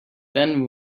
then